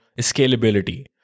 scalability